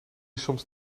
soms